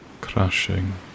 crashing